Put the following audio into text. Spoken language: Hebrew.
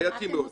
מה אתם עושים?